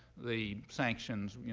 the sanctions,